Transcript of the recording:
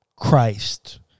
Christ